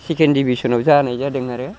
second डिभिसनाव जानाय जादों आरो